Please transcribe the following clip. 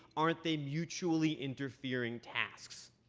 aren't they mutually interfering tasks?